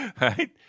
Right